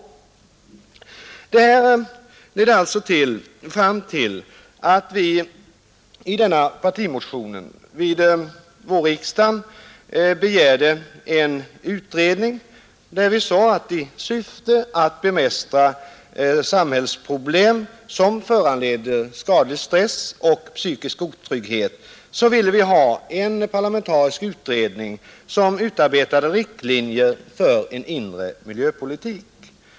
Det här leder alltså fram till att vi i en partimotion vid vårriksdagen begärde en utredning. I syfte att bemästra samhällsproblem som föranleder skadlig stress och psykisk otrygghet ville vi ha en parlamentarisk utredning som utarbetade riktlinjer för en inre miljöpolitik.